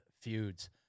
feuds